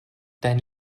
dein